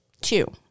two